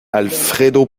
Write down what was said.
alfredo